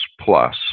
plus